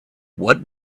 what